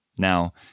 Now